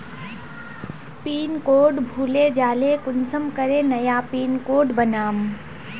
Pin code भूले जाले कुंसम करे नया पिन कोड बनाम?